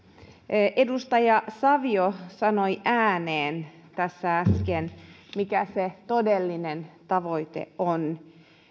edustaja savio sanoi ääneen tässä äsken mikä se todellinen tavoite on